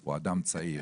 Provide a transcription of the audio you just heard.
הוא אדם צעיר,